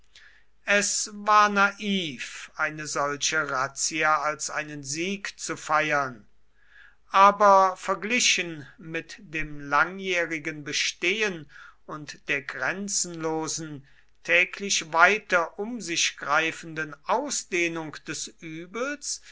es war naiv eine solche razzia als einen sieg zu feiern aber verglichen mit dem langjährigen bestehen und der grenzenlosen täglich weiter um sich greifenden ausdehnung des übels